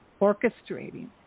orchestrating